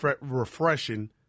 refreshing